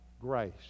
grace